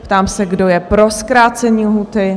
Ptám se, kdo je pro zkrácení lhůty?